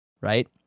right